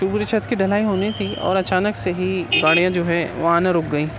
پوری چھت کی ڈھلائی ہونی تھی اور اچانک سے ہی گاڑیاں جو ہیں وہ آنا رک گئیں